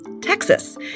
Texas